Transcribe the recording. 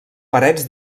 parets